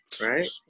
right